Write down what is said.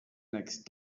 next